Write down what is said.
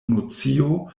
nocio